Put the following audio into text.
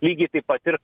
lygiai taip pat ir